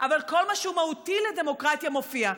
אבל כל מה שהוא מהותי לדמוקרטיה מופיע,